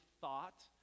thought